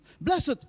Blessed